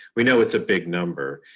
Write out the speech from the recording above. we know it's a big number,